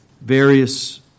various